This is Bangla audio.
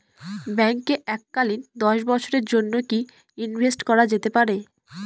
ব্যাঙ্কে এককালীন দশ বছরের জন্য কি ইনভেস্ট করা যেতে পারে?